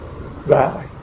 valley